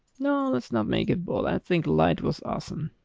no, let's not make it bold. i think light was awesome.